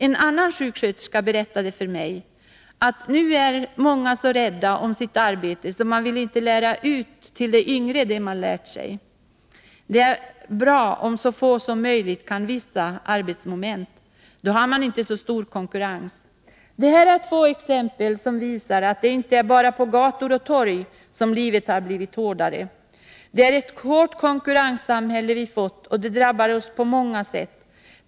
En annan sjuksköterska berättade för mig att nu är många så rädda om sitt arbete att man inte vill lära ut till de yngre det man lärt sig. Det är bra om så få som möjligt kan vissa arbetsmoment. Då har man inte så stor konkurrens. De här två exemplen visar att det inte bara är på gator och torg som livet har blivit hårdare. Det är ett hårt konkurrenssamhälle vi fått, och det drabbar oss på många sätt.